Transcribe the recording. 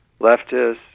leftists